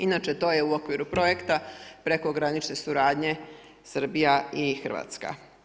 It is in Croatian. Inače to je u okviru projekta prekogranične suradnje Srbija i Hrvatska.